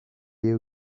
you